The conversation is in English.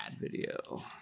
Video